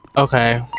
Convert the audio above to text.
Okay